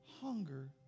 hunger